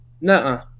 no